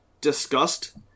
discussed